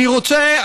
אני רוצה,